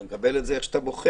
אתה מקבל את זה איך שאתה בוחר.